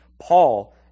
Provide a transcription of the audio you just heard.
Paul